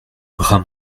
bras